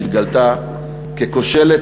שהתגלתה ככושלת,